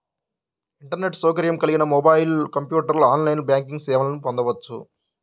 internet సౌకర్యం కలిగిన mobile, కంప్యూటర్లో ఆన్లైన్ బ్యాంకింగ్ సేవల్ని పొందొచ్చు